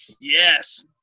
Yes